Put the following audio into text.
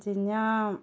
जि'यां